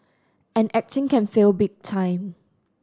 and acting can fail big time